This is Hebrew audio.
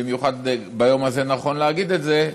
ובמיוחד ביום הזה נכון להגיד את זה,